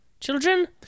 children